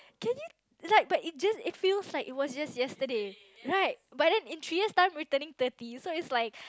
can you like but it just it feels like it was just yesterday right but then in three years time we turning thirty so it's like